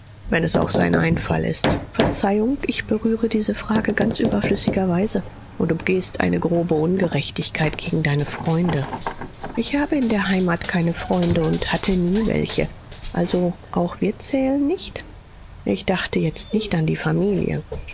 wenn es auch sein einfall ist verzeihung ich berühre diese frage ganz überflüssigerweise und du begehst eine grobe ungerechtigkeit gegen deine freunde ich habe in der heimat keine freunde und hatte nie welche also auch wir zählen nicht ich dachte jetzt nicht an die familie